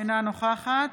אינה נוכחת